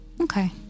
Okay